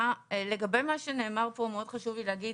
לגבי מה שנאמר פה, חשוב לי להגיד